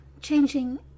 changing